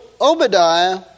Obadiah